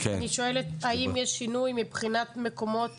אני שואלת: האם יש שינוי מבחינת מקומות